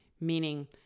meaning